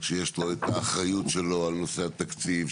שיש לו את האחריות שלו על נושא התקציב,